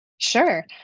Sure